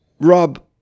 rob